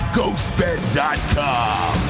Ghostbed.com